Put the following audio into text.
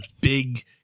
big